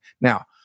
Now